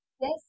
Yes